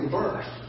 birth